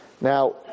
Now